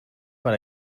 per